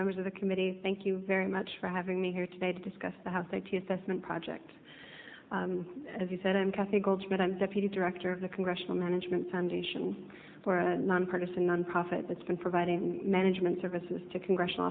members of the committee thank you very much for having me here today to discuss the house like to assessment project as you said i'm kathy goldsmith i'm deputy director of the congressional management foundation for a nonpartisan nonprofit that's been providing management services to congressional